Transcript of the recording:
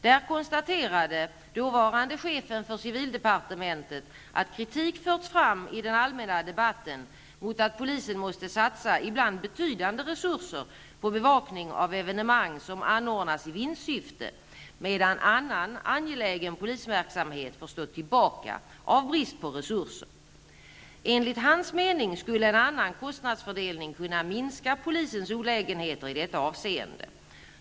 Där konstaterade dåvarande chefen för civildepartementet att kritik förts fram i den allmänna debatten mot att polisen måste satsa ibland betydande resurser på bevakning av evenemang som anordnas i vinstsyfte, medan annan angelägen polisverksamhet får stå tillbaka av brist på resurser. Enligt hans mening skulle en annan kostnadsfördelning kunna minska polisens olägenheter i detta avseende.